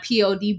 POD